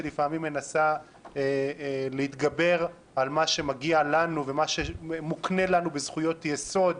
שלפעמים מנסה להתגבר על מה שמגיע לנו ומה שמוקנה לנו בזכויות יסוד,